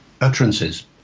utterances